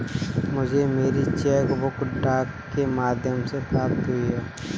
मुझे मेरी cheque book डाक के माध्यम से प्राप्त हुई है